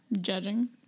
Judging